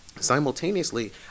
Simultaneously